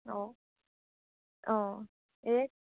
অঁ অঁ এই